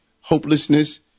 hopelessness